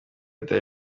dar